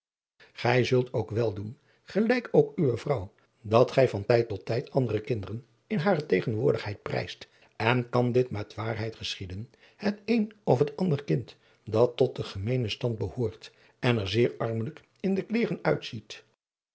gij zult ook wel doen gelijk ook uwe vrouw dat gij van tijd tot tijd andere kinderen in hare tegenwoordigheid prijst en kan dit met waarheid geschieden het een of het ander kind dat tot den gemeenen stand behoort en er zeer armelijk in de kleêren